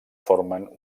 formen